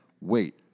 wait